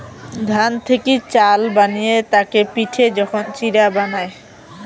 ধান থেকি চাল বানিয়ে তাকে পিটে যখন চিড়া বানায়